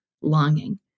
longing